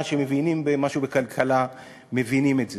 שמבינים משהו בכלכלה מבינים את זה.